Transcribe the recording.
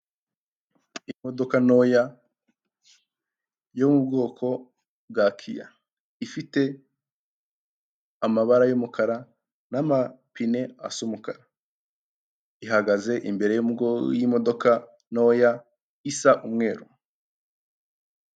Imodoka ntoya yo mu bwoko bwa kiya ifite amabara y'umukara n'amapine asa, ihagaze imbere y'imodoka ntoya isa umweru.